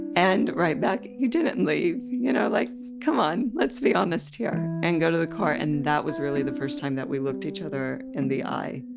and write back, you didn't leave, you know, like come on, let's be honest here and go to the car and that was really the first time that we looked each other in the eye.